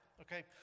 Okay